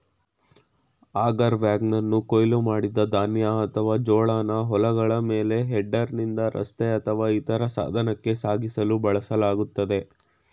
auger ವ್ಯಾಗನನ್ನು ಕೊಯ್ಲು ಮಾಡಿದ ಧಾನ್ಯ ಅಥವಾ ಜೋಳನ ಹೊಲಗಳ ಮೇಲೆ ಹೆಡರ್ನಿಂದ ರಸ್ತೆ ಅಥವಾ ಇತರ ಸಾಧನಕ್ಕೆ ಸಾಗಿಸಲು ಬಳಸಲಾಗ್ತದೆ